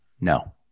No